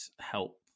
help